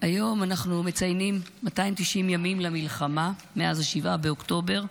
היום אנחנו מציינים 290 ימים למלחמה מאז 7 באוקטובר,